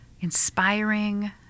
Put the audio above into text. inspiring